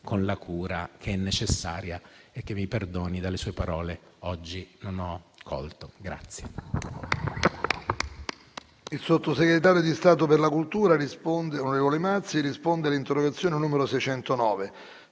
con la cura che è necessaria e che - mi perdoni - dalle sue parole oggi non ho colto.